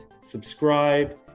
subscribe